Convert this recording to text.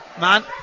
man